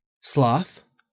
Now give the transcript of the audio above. sloth